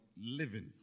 Living